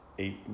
eight